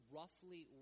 roughly